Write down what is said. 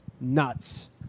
nuts